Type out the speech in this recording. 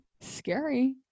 scary